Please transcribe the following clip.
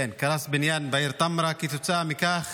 כן, קרס בניין בעיר טמרה, וכתוצאה מכך